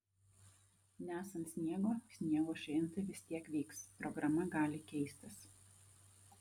nesant sniego sniego šventė vis tiek vyks programa gali keistis